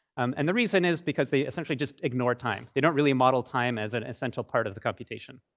and the reason is because they essentially just ignore time. they don't really model time as an essential part of the computation.